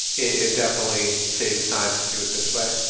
it definitely saves time to do it this way.